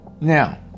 now